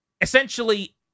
Essentially